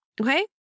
Okay